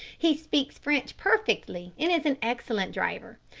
he speaks french perfectly and is an excellent driver.